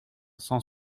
cent